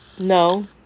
no